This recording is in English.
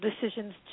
decisions